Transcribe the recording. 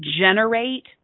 generate